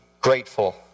grateful